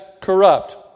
corrupt